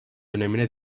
önemine